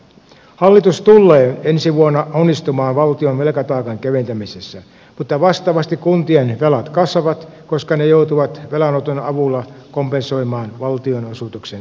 hallitus tullee ensi vuonna onnistumaan valtion velkataakan keventämisessä mutta vastaavasti kuntien velat kasvavat koska ne joutuvat velanoton avulla kompensoimaan valtionosuuksien menetykset